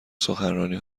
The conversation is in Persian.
سخنرانی